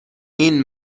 این